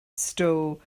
stow